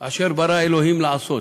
"אשר ברא אלוהים לעשות"